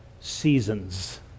Seasons